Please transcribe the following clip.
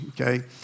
okay